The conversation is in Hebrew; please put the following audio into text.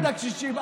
נגד הקשישים.